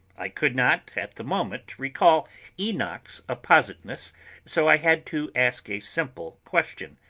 i could not at the moment recall enoch's appositeness so i had to ask a simple question,